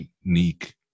unique